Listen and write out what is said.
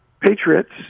patriots